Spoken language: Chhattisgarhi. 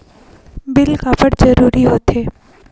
बिल काबर जरूरी होथे?